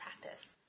practice